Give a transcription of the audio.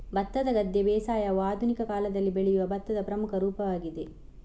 ಭತ್ತದ ಗದ್ದೆ ಬೇಸಾಯವು ಆಧುನಿಕ ಕಾಲದಲ್ಲಿ ಬೆಳೆಯುವ ಭತ್ತದ ಪ್ರಮುಖ ರೂಪವಾಗಿದೆ